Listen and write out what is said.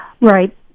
right